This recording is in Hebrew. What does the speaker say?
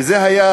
וזה היה